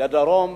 לדרום,